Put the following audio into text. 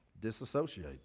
Disassociate